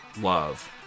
love